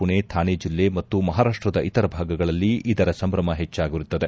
ಮಣೆ ಥಾಣೆ ಜಿಲ್ಲೆ ಮತ್ತು ಮಹಾರಾಷ್ಲದ ಇತರ ಭಾಗಗಳಲ್ಲಿ ಇದರ ಸಂಭ್ರಮ ಹೆಚ್ಚಾಗಿರುತ್ತದೆ